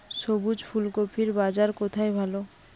সবুজ ফুলকপির বাজার কোথায় ভালো?